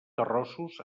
terrossos